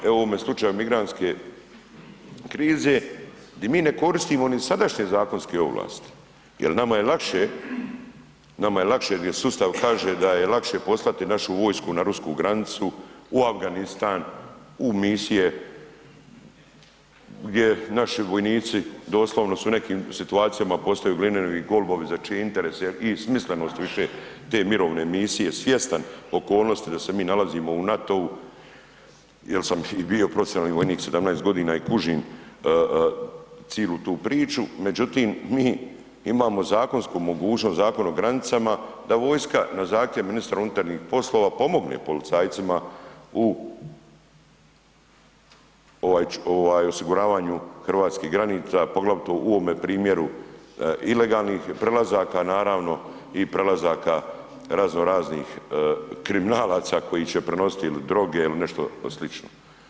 Evo u ovom slučaju migrantske krize, gdje mi ne koristimo ni sadašnje zakonske ovlasti jer nama je lakše, nama je lakše gdje sustav kaže da je lakše poslati našu vojsku na rusku granicu, u Afganistan, u misije gdje naši vojnici doslovno su u nekim situacijama postaju glineni golubovi, za čije interese i smislenost više te mirovne misije svjestan okolnosti da se mi nalazimo u NATO-u jer sam i bio profesionalni vojnik 17 godina i kužim cilu tu priču, međutim mi imamo zakonsku mogućnost, zakon o granicama, da vojska na zahtjev ministra unutarnjih poslova pomogne policajcima u ovaj osiguravanju hrvatskih granica, a poglavito u ovome primjeru ilegalnih prelazaka naravno i prelazaka razno raznih kriminalaca koji će prenositi il droge ili nešto slično.